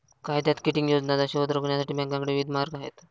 कायद्यात किटिंग योजनांचा शोध रोखण्यासाठी बँकांकडे विविध मार्ग आहेत